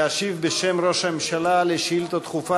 להשיב בשם ראש הממשלה על שאילתה דחופה